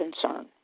concern